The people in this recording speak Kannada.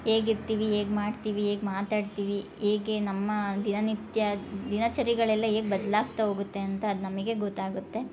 ಹೇಗೆ ಇರ್ತೀವಿ ಹೇಗೆ ಮಾಡ್ತೀವಿ ಹೇಗೆ ಮಾತಾಡ್ತೀವಿ ಹೇಗೆ ನಮ್ಮ ದಿನನಿತ್ಯ ದಿನಚರಿಗಳೆಲ್ಲ ಹೇಗೆ ಬದ್ಲಾಗ್ತಾ ಹೋಗುತ್ತೆ ಅಂತ ಅದು ನಮಗೆ ಗೊತ್ತಾಗುತ್ತೆ